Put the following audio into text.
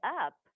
up